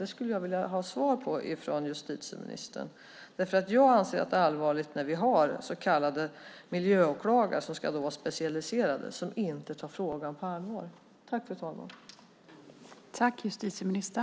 Det skulle jag vilja ha svar på från justitieministern därför att jag anser att det är allvarligt när vi har så kallade miljöåklagare som ska vara specialiserade men som inte tar frågan på allvar.